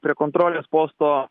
prie kontrolės posto